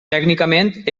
tècnicament